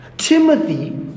Timothy